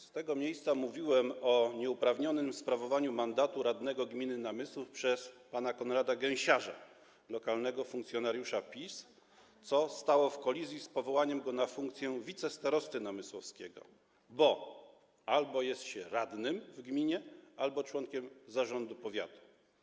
Z tego miejsca mówiłem o nieuprawnionym sprawowaniu mandatu radnego gminy Namysłów przez pana Konrada Gęsiarza, lokalnego funkcjonariusza PiS, co pozostawało w kolizji z powołaniem go na funkcję wicestarosty namysłowskiego, bo albo jest się radnym w gminie, albo jest się członkiem zarządu powiatu.